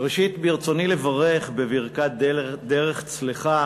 ראשית, ברצוני לברך בברכת דרך צלחה